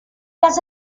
les